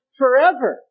forever